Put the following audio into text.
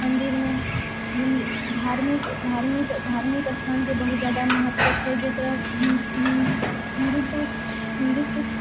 मन्दिर मे धार्मिक धार्मिक धार्मिक स्थानके बहुत जादा महत्व छै जेकरा हिन्दू हिन्दुत्व हिन्दुत्व